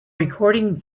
recording